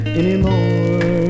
anymore